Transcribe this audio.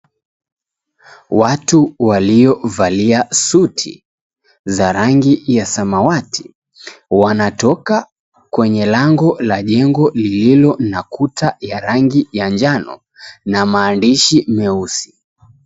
Watu waliovalia suti za rangi ya samawati wanatoka kwenye lango la jengo lililo na kuta ya rangi ya njano na maandishi meusi.